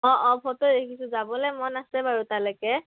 অঁ অঁ ফটো দেখিছোঁ যাবলে মন আছে বাৰু তালৈকে